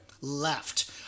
left